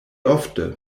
ofte